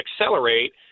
accelerate